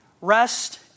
Rest